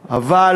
באמת,